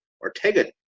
Ortega